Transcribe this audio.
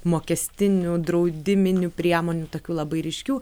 mokestinių draudiminių priemonių tokių labai ryškių